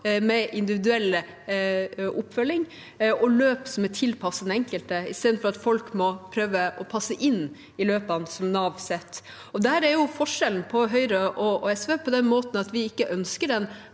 med individuell oppfølging og løp som er tilpasset den enkelte, istedenfor at folk må prøve å passe inn i løpene Nav setter. Der er forskjellen på Høyre og SV, på den måten at vi ikke ønsker den